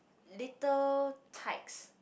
little tykes